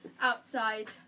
outside